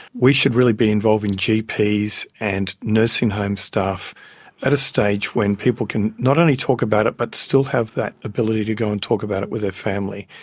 we should really be involving gps and nursing home staff at a stage when people can not only talk about it but still have that ability to go and talk about it with their family,